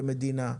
כמדינה.